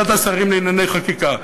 ועדת השרים לענייני חקיקה.